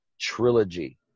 trilogy